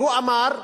והוא אמר,